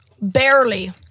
barely